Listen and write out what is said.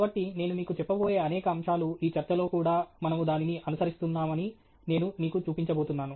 కాబట్టి నేను మీకు చెప్పబోయే అనేక అంశాలు ఈ చర్చలో కూడా మనము దానిని అనుసరిస్తున్నామని నేను మీకు చూపించబోతున్నాను